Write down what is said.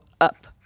up